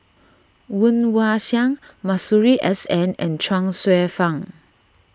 Woon Wah Siang Masuri S N and Chuang Hsueh Fang